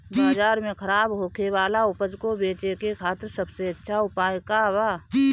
बाजार में खराब होखे वाला उपज को बेचे के खातिर सबसे अच्छा उपाय का बा?